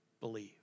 believe